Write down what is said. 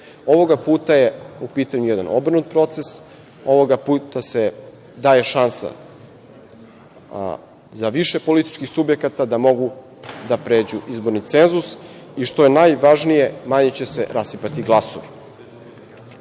Ovog puta je u pitanju jedan obrnut proces, ovog puta se daje šansa za više političkih subjekata da mogu da pređu izborni cenzus i, što je najvažnije, manje će se rasipati glasovi. Mi